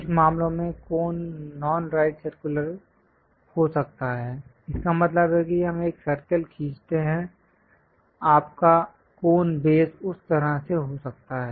कुछ मामलों में कोन नॉन राइट सर्कुलर हो सकता है इसका मतलब है कि हम एक सर्कल खींचते हैं आपका कोन बेस उस तरह से हो सकता है